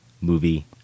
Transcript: movie